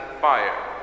fire